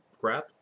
crap